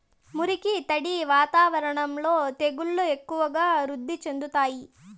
మురికి, తడి వాతావరణంలో తెగుళ్లు ఎక్కువగా వృద్ధి చెందుతాయి